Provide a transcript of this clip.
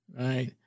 right